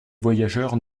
voyageurs